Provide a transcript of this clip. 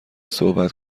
صحبت